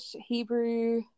Hebrew